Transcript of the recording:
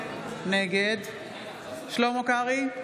נגד שלמה קרעי,